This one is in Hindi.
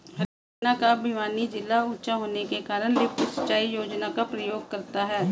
हरियाणा का भिवानी जिला ऊंचा होने के कारण लिफ्ट सिंचाई योजना का प्रयोग करता है